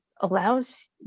allows